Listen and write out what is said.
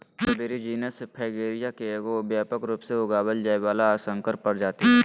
strawberry genus Fragaria के एगो व्यापक रूप से उगाल जाय वला संकर प्रजाति हइ